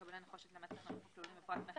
כבלי נחושת למתח נמוך, הכלולים בפרט המכס